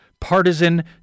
partisan